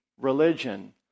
religion